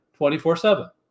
24-7